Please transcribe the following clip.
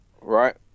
right